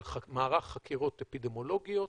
על מערך חקירות אפידמיולוגיות,